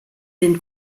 den